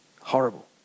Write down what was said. horrible